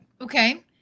Okay